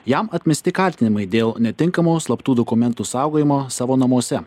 jam atmesti kaltinimai dėl netinkamo slaptų dokumentų saugojimo savo namuose